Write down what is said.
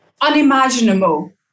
unimaginable